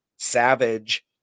Savage